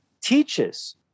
teaches